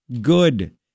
good